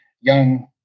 young